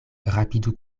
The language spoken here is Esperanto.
rapidu